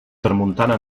tramuntana